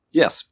yes